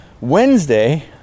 Wednesday